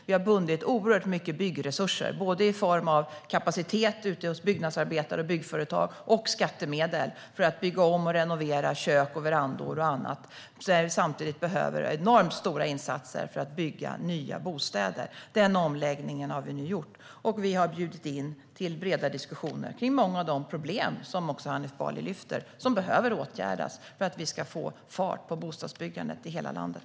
Vi har bundit oerhört mycket byggresurser, både i form av kapacitet ute hos byggnadsarbetare och byggföretag och skattemedel, för att bygga om och renovera kök, verandor och annat när det samtidigt behövs enormt stora insatser för att bygga nya bostäder. Den omläggningen har vi nu gjort, och vi har bjudit in till breda diskussioner kring många av de problem som också Hanif Bali lyfter fram och som behöver åtgärdas för att vi ska få fart på bostadsbyggandet i hela landet.